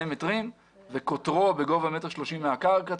מטרים וכותרו בגובה מ-1.30 מטר מהקרקע,